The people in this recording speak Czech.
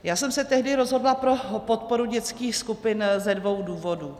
Já jsme se tehdy rozhodla pro podporu dětských skupin ze dvou důvodů.